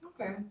Okay